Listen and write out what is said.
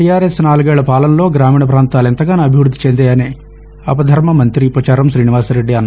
TRS నాలుగేళ్ల పాలనలో గామీణ పాంతాలు ఎంతగానో అభివ్బద్ది చెందాయని ఆపద్దర్మ మంతి పోచారం శ్రీనివాసరెడ్డి అన్నారు